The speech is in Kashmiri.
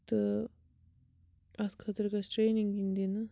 تہٕ اَتھ خٲطرٕ گٔژھ ٹرٛینِنٛگ یِنۍ دِنہٕ